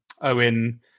Owen